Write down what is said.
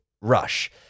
rush